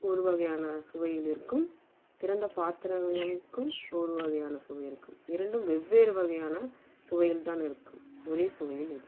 ஒரு வகையான சுவையில் இருக்கும் திறந்த பாத்திரங்களுக்கும் ஒரு வகையான சுவை இருக்கும் இரண்டும் வெவ்வேறு வகையான சுவையில் தான் இருக்கும் ஒரே சுவையில் இருக்காது